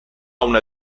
una